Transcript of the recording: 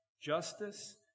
justice